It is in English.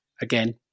again